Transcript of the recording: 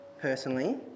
personally